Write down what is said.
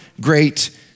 great